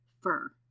Fur